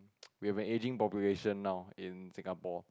we have an ageing population now in Singapore